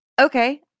Okay